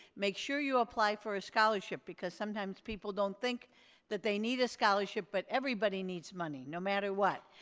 make sure you apply for a scholarship because sometimes people don't think that they need a scholarship but everybody needs money, no matter what,